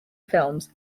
films